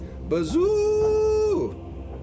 bazoo